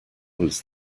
was